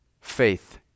Faith